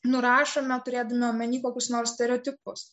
nurašome turėdami omeny kokius nors stereotipus